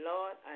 Lord